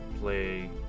play